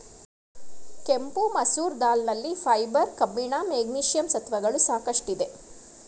ಕೆಂಪು ಮಸೂರ್ ದಾಲ್ ನಲ್ಲಿ ಫೈಬರ್, ಕಬ್ಬಿಣ, ಮೆಗ್ನೀಷಿಯಂ ಸತ್ವಗಳು ಸಾಕಷ್ಟಿದೆ